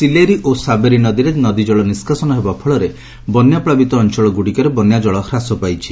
ସିଲେରୁ ଓ ସାବେରୀ ନଦୀଜଳ ନିଷ୍କାସନ ହେବା ଫଳରେ ବନ୍ୟା ପ୍ଲୁବିତ ଅଞ୍ଞଳଗୁଡ଼ିକରେ ବନ୍ୟାଜଳ ହ୍ରାସ ପାଇଛି